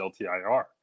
LTIR